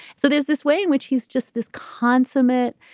so there's this way in which he's just this consummate,